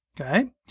okay